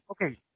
Okay